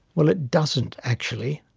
well, it doesn't actually.